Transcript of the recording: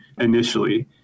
initially